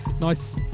nice